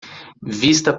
vista